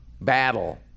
battle